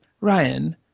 ryan